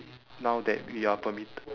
now that we are permitted